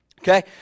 okay